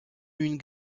une